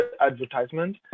advertisement